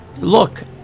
Look